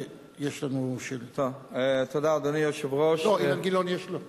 לא, אילן גילאון, יש לו שאילתא.